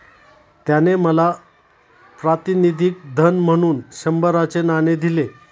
त्याने मला प्रातिनिधिक धन म्हणून शंभराचे नाणे दिले